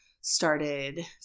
started